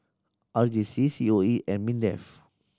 R J C C O E and MINDEF